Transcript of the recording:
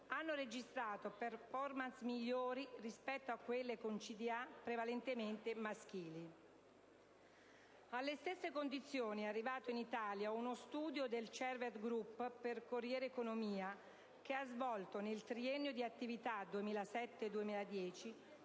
hanno registrato *performance* migliori rispetto a quelle con CDA prevalentemente maschili. Alle stesse conclusioni è arrivato, in Italia, uno studio del Cerved Group per «CorrierEconomia» che ha svolto, nel triennio di attività 2007-2010,